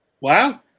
Wow